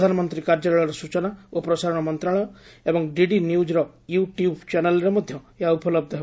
ପ୍ରଧାନମନ୍ତ୍ରୀ କାର୍ଯ୍ୟାଳୟର ସୂଚନା ଓ ପ୍ରସାରଣ ମନ୍ତ୍ରଣାଳୟ ଏବଂ ଡିଡି ନିଉକ୍ର ୟୁ ଟିଉବ୍ ଚ୍ୟାନେଲରେ ମଧ୍ୟ ଏହା ଉପଲବ୍ଧ ହେବ